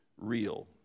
real